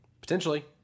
Potentially